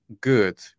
good